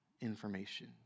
information